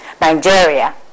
Nigeria